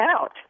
out